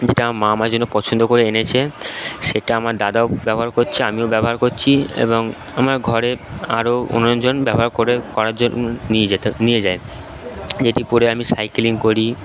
যেটা মা আমার জন্য পছন্দ করে এনেছে সেটা আমার দাদাও ব্যবহার করছে আমিও ব্যবহার করছি এবং আমার ঘরে আরও অন্যজন ব্যবহার করার জন্য নিয়ে যেতো নিয়ে যায় যেটি পরে আমি সাইকেলিং করি